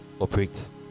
operates